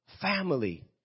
family